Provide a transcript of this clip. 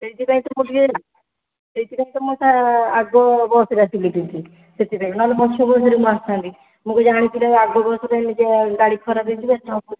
ସେଥିପାଇଁ ତ ମୁଁ ଟିକେ ସେଥିପାଇଁ ତ ମୁଁ ଆଗ ବସରେ ଆସିଲି ଏଇଠି ସେଥିପାଇଁ ନହେଲେ ପଛ ବସ୍ ରେ ମୁଁ ଆସିଥାନ୍ତି ମୁଁ କଣ ଜାଣିଥିଲେ ଆଉ ଆଗ ବସରେ ଏମିତିଆ ଗାଡ଼ି ଖରାପ ହେଇଥିବ